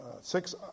six